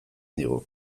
digu